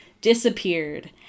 disappeared